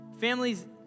families